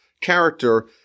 character